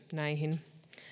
näihin